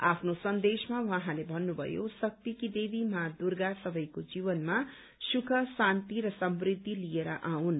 आफ्नो सन्देशमा उहाँले भत्रुभयो शक्तिकी देवी माँ दुर्गा सबैको जीवनमा सुख शान्ति र समृद्धि लिएर आऊन्